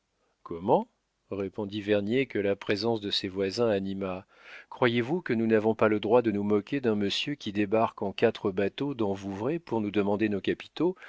comment répondit vernier que la présence de ses voisins anima croyez-vous que nous n'avons pas le droit de nous moquer d'un monsieur qui débarque en quatre bateaux dans vouvray pour nous demander nos capitaux